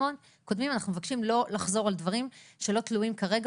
וכרגע אנחנו מבקשים לא לחזור על דברים שלא תלויים כרגע